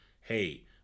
hey